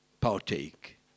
partake